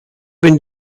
being